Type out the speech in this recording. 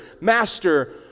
Master